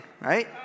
right